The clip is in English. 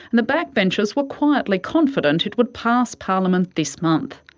and the backbenchers were quietly confident it would pass parliament this month.